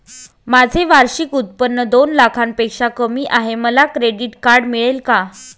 माझे वार्षिक उत्त्पन्न दोन लाखांपेक्षा कमी आहे, मला क्रेडिट कार्ड मिळेल का?